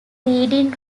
reading